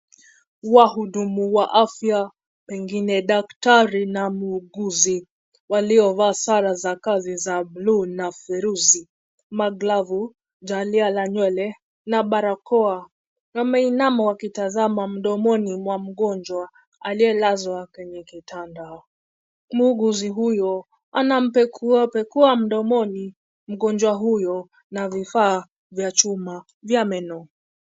Wahudumu wa afya pengine daktari na muuguzi waliovaa sara za kazi za blue na feruzi, maglavu, jalia la nywele na barakoa. Wameinama wakitazama mdomoni mwa mgonjwa aliyelazwa kwenye kitanda. Muuguzi huyo anampekuapekua mdomoni mgonjwa huyo na vifaa vya chuma vya meno.